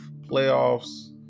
playoffs